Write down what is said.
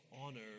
honor